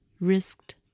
risked